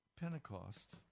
Pentecost